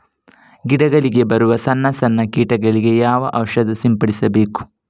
ಗಿಡಗಳಿಗೆ ಬರುವ ಸಣ್ಣ ಸಣ್ಣ ಕೀಟಗಳಿಗೆ ಯಾವ ಔಷಧ ಸಿಂಪಡಿಸಬೇಕು?